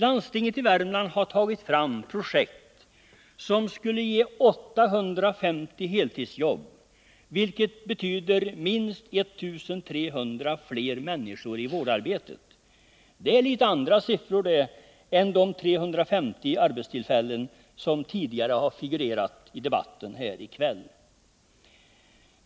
Landstinget i Värmland har tagit fram projekt som skulle ge 850 heltidsjobb, vilket betyder minst 1300 fler människor i vårdarbetet. Det är litet andra siffror än de 350 arbetstillfällen som tidigare i kväll har figurerat i debatten.